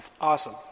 Awesome